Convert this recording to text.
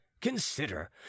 consider